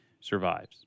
survives